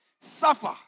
suffer